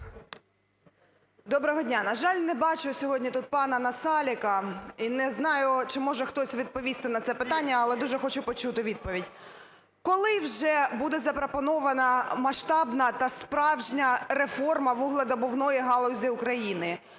Доброго дня. На жаль, не бачу сьогодні тут пана Насалика. І не знаю, чи зможе хтось відповісти на це питання, але дуже хочу почути відповідь. Коли вже буде запропонована масштабна та справжня реформа вугледобувної галузі України?